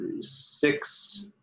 six